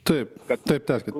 taip kad taip tęskit